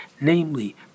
namely